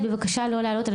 בבקשה לא להעלות את שם הילד,